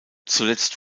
zuletzt